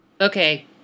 Okay